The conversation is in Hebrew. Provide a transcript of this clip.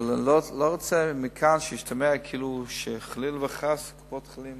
אבל אני לא רוצה שישתמע מכאן כאילו חלילה וחס קופות-החולים